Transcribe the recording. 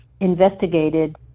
investigated